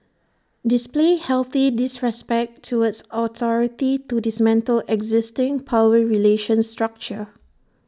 display healthy disrespect towards authority to dismantle existing power relations structure